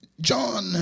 John